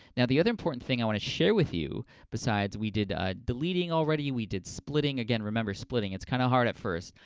now, the other important thing i want to share with you besides, we did deleting already, we did splitting. again, remember, splitting it's kind of hard at first.